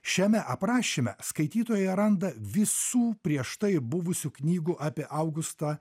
šiame aprašyme skaitytojai randa visų prieš tai buvusių knygų apie augustą